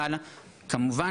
אבל כמובן